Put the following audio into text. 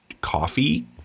coffee